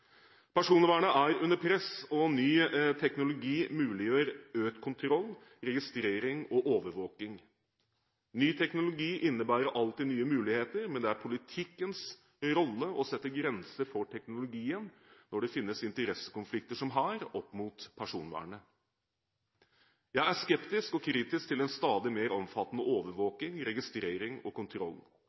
Personvernet er under press, og ny teknologi muliggjør økt kontroll, registrering og overvåking. Ny teknologi innebærer alltid nye muligheter, men det er politikkens rolle å sette grenser for teknologien når det finnes interessekonflikter som her, opp mot personvernet. Jeg er skeptisk og kritisk til den stadig mer omfattende overvåking, registrering og kontroll.